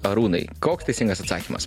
arūnai koks teisingas atsakymas